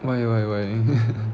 why why why